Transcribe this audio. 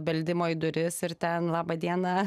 beldimo į duris ir ten laba diena